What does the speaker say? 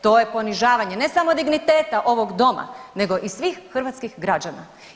To je ponižavanje ne samo digniteta ovog doma, nego i svih hrvatskih građana.